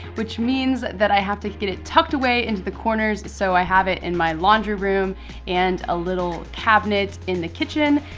which means that i have to get it tucked away into the corners, so i have it in my laundry room and a little cabinet in the kitchen,